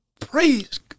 praise